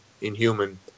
inhuman